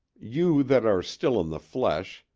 you that are still in the flesh,